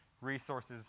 resources